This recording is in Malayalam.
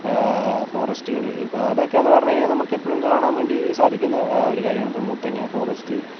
ഫോറസ്റ്റുകൾ ഇപ്പോൾ അതൊക്കെയെന്ന് പറഞ്ഞു കഴിഞ്ഞാൽ നമുക്കെപ്പോഴും കാണാൻ വേണ്ടി സാധിക്കുന്ന ഒരു കാര്യമാണ് ഇപ്പോൾ മുത്തങ്ങ ഫോറസ്റ്റ്